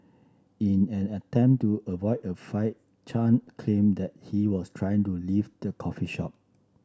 in an attempt to avoid a fight Chen claimed that he was trying to leave the coffee shop